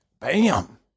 bam